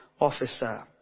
officer